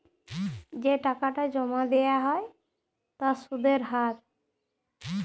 যে টাকাটা জমা দেয়া হ্য় তার সুধের হার